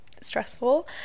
stressful